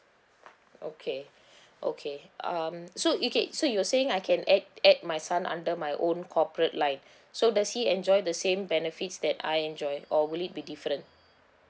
okay okay um so okay so you're saying I can add add my son under my own corporate line so does he enjoy the same benefits that I enjoy or would it be different